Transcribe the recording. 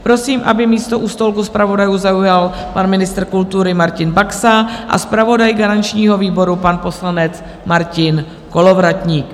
Prosím, aby místo u stolku zpravodajů zaujal pan ministr kultury Martin Baxa a zpravodaj garančního výboru, pan poslanec Martin Kolovratník.